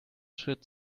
schritt